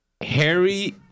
Harry